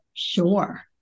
Sure